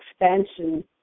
expansion